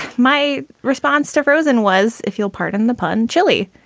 my response to frozen was, if you'll pardon the pun, chilly.